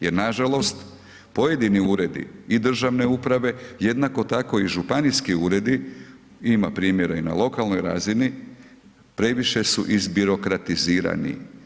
Jer nažalost pojedini uredi i državne uprave jednako tako i županijski uredi, ima primjera i na lokalnoj razini previše su izbirokratizirani.